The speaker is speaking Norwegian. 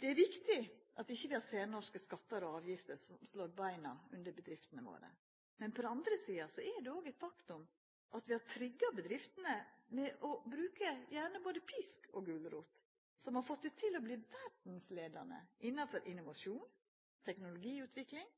Det er viktig at vi ikkje har særnorske skattar og avgifter som slår beina under bedriftene våre, men på den andre sida er det eit faktum at det at vi har trigga bedriftene, gjerne ved å bruka både pisk og gulrot, har fått dei til å verta verdsleiande innanfor innovasjon og teknologiutvikling.